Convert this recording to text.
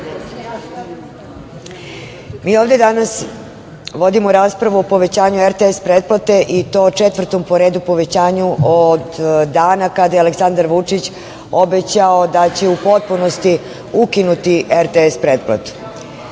Mi ovde danas vodimo raspravu o povećanju RTS pretplate i to četvrtom po redu povećanju od dana kad je Aleksandar Vučić obećao da će u potpunosti ukinuti RTS pretplatu.